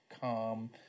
calm